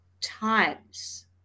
times